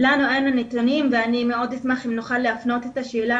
לנו אין את הנתונים ואני מאוד אשמח אם נוכל להפנות את השאלה